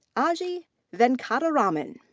ah ajey venkataraman.